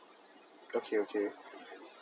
okay okay